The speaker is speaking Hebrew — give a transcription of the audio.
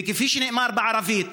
וכפי שנאמר בערבית,